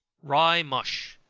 rye mush.